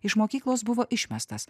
iš mokyklos buvo išmestas